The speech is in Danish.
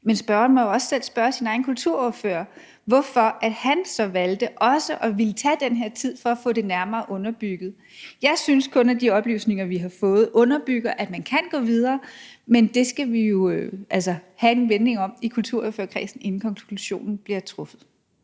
men spørgeren må jo også selv spørge sin egen kulturordfører, hvorfor han så valgte også at ville tage den her tid for at få det nærmere underbygget. Jeg synes kun, at de oplysninger, vi har fået, underbygger, at man kan gå videre, men det skal vi jo vende i kulturordførerkredsen, inden konklusionen bliver draget.